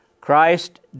Christ